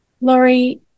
Laurie